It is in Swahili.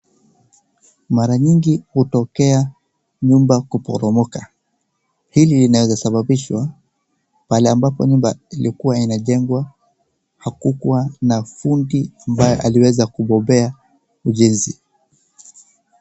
Mara nyingi hutokea nyumba kuporomoka hili linaweza sababishwa pahali ambapo nyumba ilikuwa inajengwa hakukuwa na fundi ambaye aliweza kubobea ujenzi .